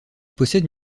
possède